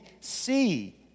see